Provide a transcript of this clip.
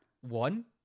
One